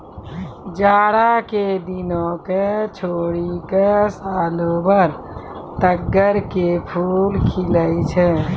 जाड़ा के दिनों क छोड़ी क सालों भर तग्गड़ के फूल खिलै छै